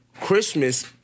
Christmas